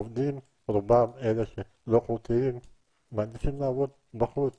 עובדים רובם אלה שלא חוקיים מעדיף לעבוד בחוץ